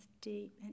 deep